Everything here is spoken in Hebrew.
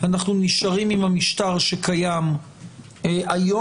אנחנו נשארים עם המשטר שקיים היום,